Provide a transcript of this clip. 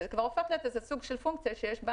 וזה הופך להיות סוג של פונקציה שיש בה